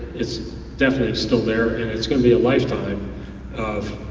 it's definitely still there, and it's going to be a lifetime of